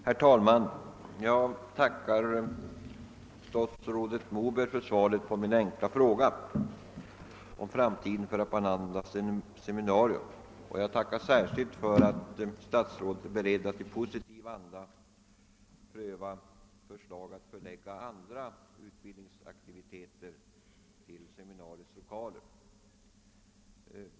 Herr talman! Jag tackar statsrådet Moberg för svaret på min enkla fråga om framtiden för Haparanda seminarium. Jag tackar särskilt för att statsrådet är beredd att i positiv anda pröva förslag att förlägga andra: utbildningsaktiviteter till seminariets lokaler.